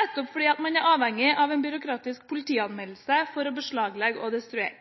nettopp fordi man er avhengig av en byråkratisk politianmeldelse for å beslaglegge og destruere.